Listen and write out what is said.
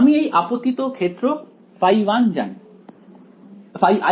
আমি এই আপতিত ক্ষেত্র ϕi জানি